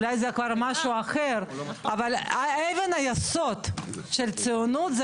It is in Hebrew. אולי זה משהו אחר אבל אבן היסוד של ציונות זה